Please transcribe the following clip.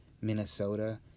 minnesota